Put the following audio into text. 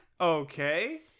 Okay